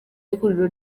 ihuriro